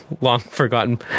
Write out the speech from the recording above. long-forgotten